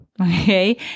Okay